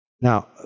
Now